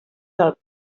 del